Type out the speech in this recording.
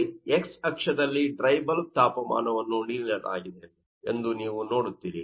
X ಅಕ್ಷದಲ್ಲಿ dry bulb ತಾಪಮಾನವನ್ನು ನೀಡಲಾಗಿದೆ ಎಂದು ನೀವು ನೋಡುತ್ತೀರಿ